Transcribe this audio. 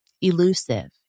elusive